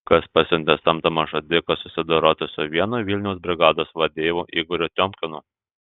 kas pasiuntė samdomą žudiką susidoroti su vienu vilniaus brigados vadeivų igoriu tiomkinu